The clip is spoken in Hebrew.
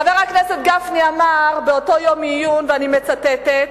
חבר הכנסת גפני אמר באותו יום עיון, ואני מצטטת,